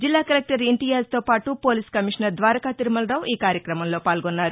జిల్లా కలెక్లర్ ఇంతియాజ్తో పాటు పోలీస్ కమిషనర్ ద్వారకా తిరుమల రావు ఈ కార్యక్రమంలో పాల్గొన్నారు